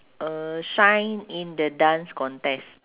uh shine in the dance contest